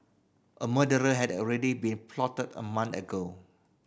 a murderer had already been plotted a month ago